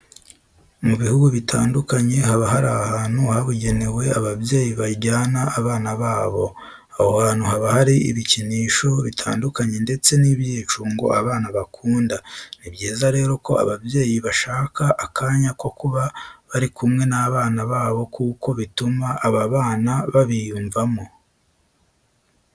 Mu bihugu bitandukanye haba hari ahantu habugenewe ababyeyi bajana abana babo. Aho hantu haba hari ibikinisho bitandukanye ndetse n'ibyicundo abana bakunda. Ni byiza rero ko ababyeyi bashaka akanya ko kuba bari kumwe n'abna babo kuko bituma aba bana babiyumvamo.